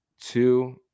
two